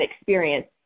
experience